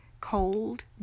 cold